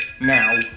now